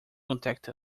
contact